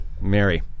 Mary